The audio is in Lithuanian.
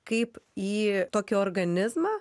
kaip į tokį organizmą